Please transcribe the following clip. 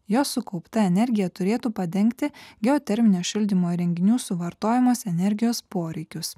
jos sukaupta energija turėtų padengti geoterminio šildymo įrenginių suvartojamos energijos poreikius